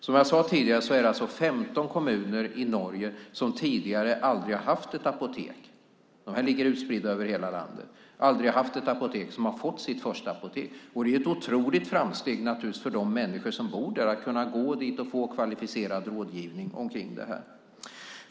Som jag sade tidigare är det 15 kommuner i Norge som tidigare aldrig har haft ett apotek. De ligger utspridda över hela landet. De har nu fått sitt första apotek. Det är naturligtvis ett otroligt framsteg för de människor som bor där att kunna gå till apoteket och få kvalificerad rådgivning.